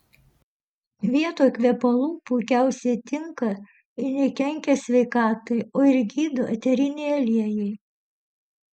vietoj kvepalų puikiausiai tinka ir nekenkia sveikatai o ir gydo eteriniai aliejai